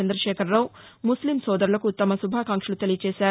చంద్రశేఖరరావు ముస్లిం సోదరులకు తమ శుభాకాంక్షలు తెలియచేశారు